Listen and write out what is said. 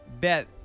bet